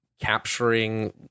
capturing